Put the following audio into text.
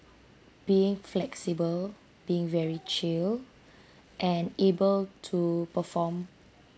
being flexible being very chill and able to perform